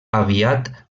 aviat